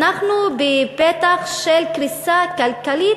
אנחנו בפתח של קריסה כלכלית,